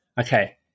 Okay